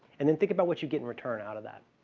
and then, think about what you get in return out of that.